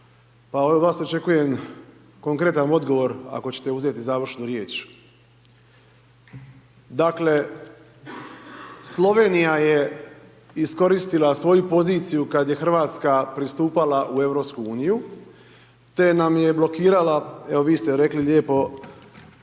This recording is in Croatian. Pa od vas očekujem konkretan odgovor ako ćete uzeti završnu riječ. Dakle, Slovenija je iskoristila svoju poziciju kad je Hrvatska pristupala u EU te nam je blokirala, evo vi ste rekli lijepo